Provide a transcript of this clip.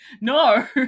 No